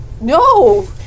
No